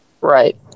Right